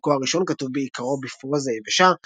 חלקו הראשון כתוב בעיקרו בפרוזה יבשה,